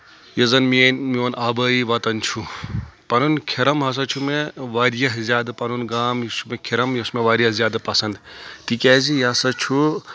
یُس زن میٲنۍ میون آبٲیی وطن چھُ پنُن کھِرم ہسا چھُ مےٚ واریاہ زیادٕ پَنُن گام یُس چھُ مےٚ کھِرم یہِ چھُ مےٚ واریاہ زیادٕ پسنٛد تِکیازِ یہِ ہسا چھُ